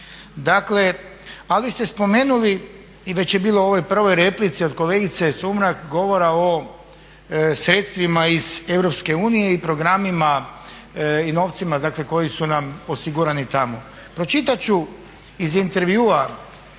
Ali ste spomenuli i već je bilo u ovoj prvoj replici od kolegice Sumrak govora o sredstvima iz EU i novcima koji su nam osigurani tamo. Pročitat ću iz intervjua